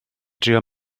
drio